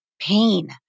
pain